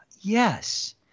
yes